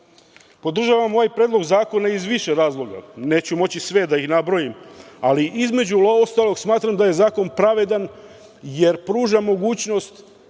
decom. Podržavam ovaj predlog zakona iz više razloga, neću moći sve da ih nabrojim, ali između ostalog smatram da je zakon pravedan jer pruža mogućnost